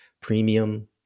premium